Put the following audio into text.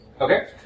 Okay